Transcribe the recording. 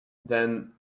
than